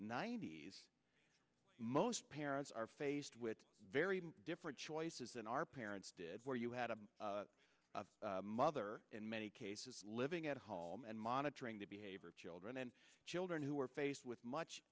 ninety's most parents are faced with very different choices than our parents did where you had a mother in many cases living at home and monitoring the behavior of children and children who were faced with much